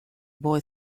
boy